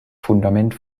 fundament